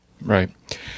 Right